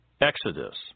Exodus